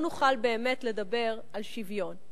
לא נוכל באמת לדבר על שוויון,